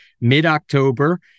mid-October